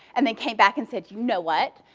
and they came back and said, you know what,